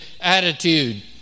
attitude